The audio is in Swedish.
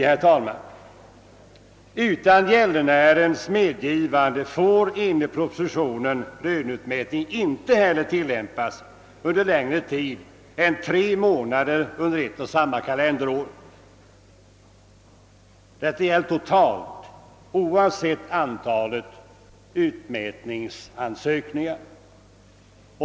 För det tredje: Utan gäldenärens medgivande får enligt propositionen löneutmätning inte heller tillämpas under längre tid än tre månader under ett och samma kalenderår. Detta gäller totalt, oavsett antalet utmätningsansökningar.